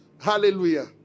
Hallelujah